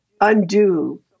undo